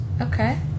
Okay